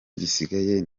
gisigaye